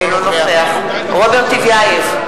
אינו נוכח רוברט טיבייב,